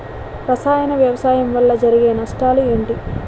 రసాయన వ్యవసాయం వల్ల జరిగే నష్టాలు ఏంటి?